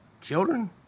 children